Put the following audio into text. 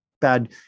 bad